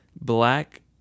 black